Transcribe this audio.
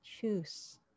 choose